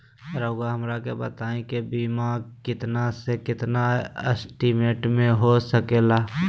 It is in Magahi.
रहुआ हमरा के बताइए के बीमा कितना से कितना एस्टीमेट में हो सके ला?